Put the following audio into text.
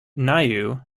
niue